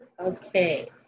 okay